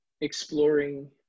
exploring